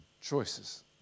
Choices